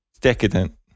decadent